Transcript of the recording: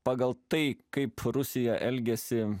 pagal tai kaip rusija elgiasi